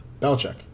Belichick